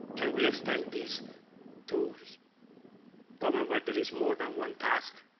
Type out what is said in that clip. can we extend these to problems where there is more than one task?